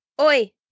Oi